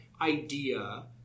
idea –